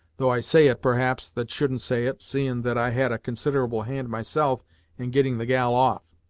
though i say it, perhaps, that shouldn't say it, seein' that i had a considerable hand myself in getting the gal off.